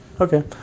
Okay